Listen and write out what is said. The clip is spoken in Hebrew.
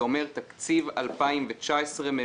זה אומר: תקציב 2019 ממודד.